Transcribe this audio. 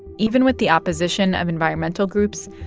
even with the opposition of environmental groups,